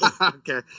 Okay